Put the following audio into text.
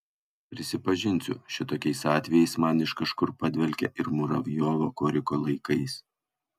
prisipažinsiu šitokiais atvejais man iš kažkur padvelkia ir muravjovo koriko laikais